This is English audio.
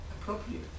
appropriate